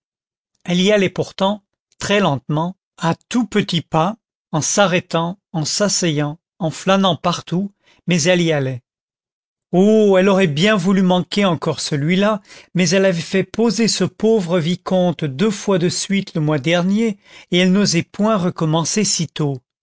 elle y allait pourtant très lentement à tous petits pas en s'arrêtant en s'asseyant en flânant partout mais elle y allait oh elle aurait bien voulu manquer encore celui-là mais elle avait fait poser ce pauvre vicomte deux fois de suite le mois dernier et elle n'osait point recommencer si tôt